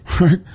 right